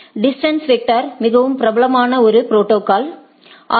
distance வெக்டரில் மிகவும் பிரபலமான ஒரு ப்ரோடோகால் ஆர்